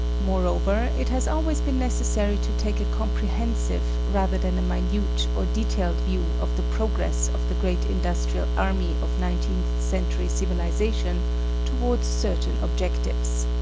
moreover, it has always been necessary to take a comprehensive, rather than a minute or detailed, view of the progress of the great industrial army of nineteenth century civilisation towards certain objectives.